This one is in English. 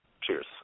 Cheers